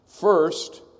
First